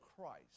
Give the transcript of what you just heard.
Christ